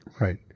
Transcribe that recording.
Right